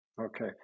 okay